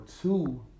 two